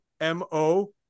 m-o